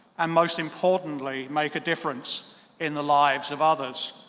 and most importantly, make a difference in the lives of others.